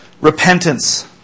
repentance